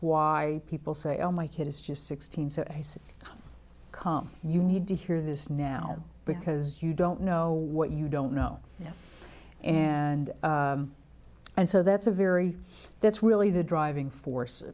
why people say oh my kid is just sixteen so i said how come you need to hear this now because you don't know what you don't know yet and and so that's a very that's really the driving force